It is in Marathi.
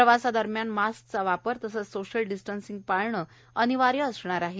प्रवासादरम्यान मास्कचा वापर तसंच सोशल डिस्टन्स पाळणं अनिवार्य असणार आहे